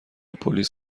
پلیس